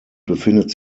befindet